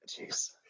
Jeez